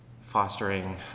fostering